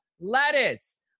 lettuce